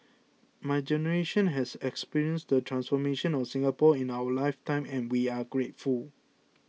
my generation has experienced the transformation of Singapore in our life time and we are grateful